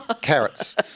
carrots